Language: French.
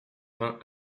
vingt